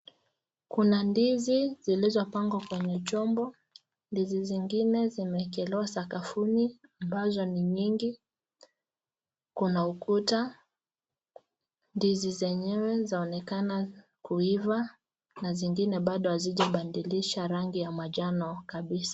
Kuna ndizi zilizopangwa zilizopangwa kwenye chombo, ndizi zingine zimeekelewa sakafuni, ambazo ni nyingi , kuna ukuta, ndizi zenyewe zinaonekana kuiva na zingine bado hazijabadilisha rangi ya manjano kabisa.